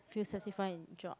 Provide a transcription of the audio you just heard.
feel satisfied in job